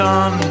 on